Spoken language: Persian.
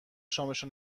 شامشو